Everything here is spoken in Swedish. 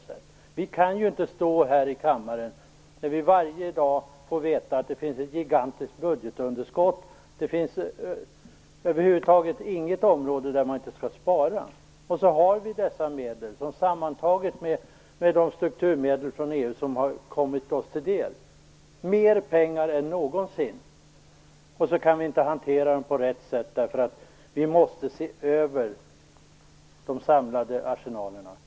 Men vi kan inte bara stå här i denna kammare och varje dag höra att det finns ett gigantiskt budgetunderskott. Över huvud taget finns det ju inte ett enda område där det inte skall sparas. Vi har alltså medel, som sammantaget med de strukturmedel från EU som kommit oss till del, innebär att vi har mera pengar än någonsin. Men vi kan inte hantera dem på rätt sätt. Vi måste se över de samlade arsenalerna.